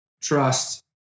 trust